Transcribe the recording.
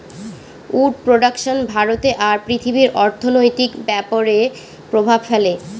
would production ভারতে আর পৃথিবীর অর্থনৈতিক ব্যাপরে প্রভাব ফেলে